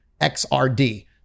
XRD